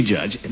Judge